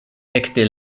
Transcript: ekde